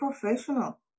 professional